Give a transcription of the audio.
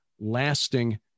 lasting